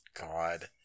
God